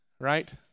right